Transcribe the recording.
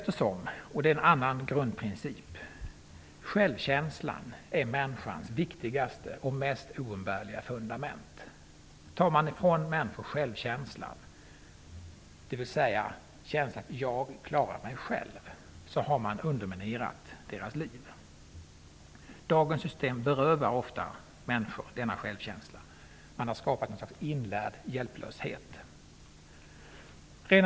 En annan grundprincip är alltså att självkänslan är människans viktigaste och mest oumbärliga fundament. Om man tar ifrån människor självkänslan, dvs. känslan av att klara sig själv, har man underminerat deras liv. Dagens system berövar ofta människor denna självkänsla. Man har skapar ett slags inlärd hjälplöshet.